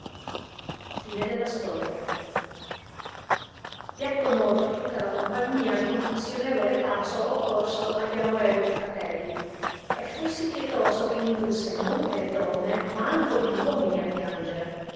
rimasero piacque molto a tutta la compagnia il compassionevole caso occorso a gli amorevoli fratelli e fu sì pietoso che indusse non che le donne ma anco gli uomini a piagnere